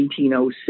1906